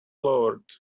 lord